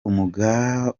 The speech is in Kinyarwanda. ubumuga